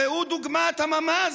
ראו דוגמת הממ"ז,